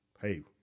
Hey